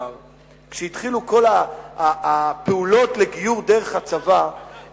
כשהתחילו כל הפעולות לגיור דרך הצבא,